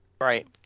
Right